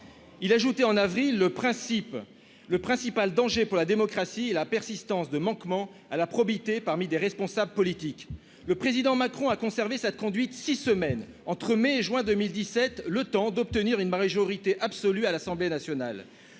le principe, le principal danger pour la démocratie et la persistance de manquements à la probité parmi des responsables politiques, le président Macron a conservé sa conduite 6 semaines entre mai et juin 2017, le temps d'obtenir une Marie-Jo aurité absolue à l'Assemblée nationale